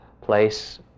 place